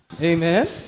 Amen